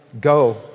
go